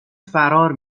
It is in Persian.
فرار